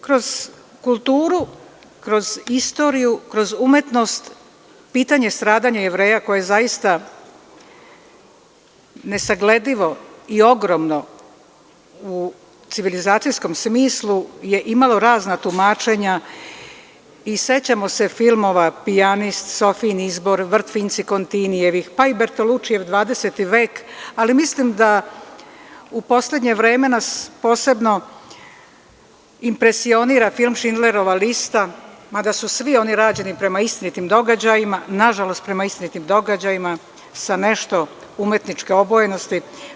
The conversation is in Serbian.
Kroz kulturu, kroz istoriju, kroz umetnost pitanje stradanje Jevreja, koje je zaista nesagledivo i ogromno u civilizacijskom smislu je imalo razna tumačenja i sećamo se filmova „Pijanist“, „Sofijin izbor“, „Vrt Vince Kontinijevih“, pa i Bertolučijev „Dvadeseti vek“, ali mislim da u poslednje vreme nas posebno impresionira film „Šindlerova lista“, mada su svi oni rađeni prema istinitim događajima, nažalost prema istinitim događajima, sa nešto umetničke obojenosti.